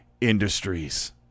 industries